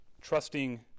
Trusting